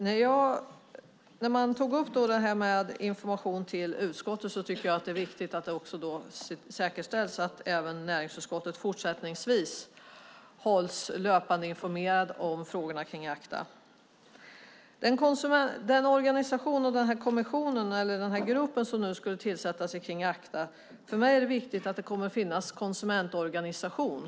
När man tog upp detta med information till utskottet tycker jag att det är viktigt att det säkerställs att även näringsutskottet fortsättningsvis hålls löpande informerat om frågorna om ACTA. Det är viktigt för mig att det kommer att finnas en konsumentorganisation som har tillträde till den organisation och den grupp som nu ska tillsättas när det gäller ACTA.